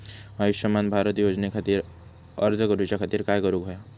आयुष्यमान भारत योजने खातिर अर्ज करूच्या खातिर काय करुक होया?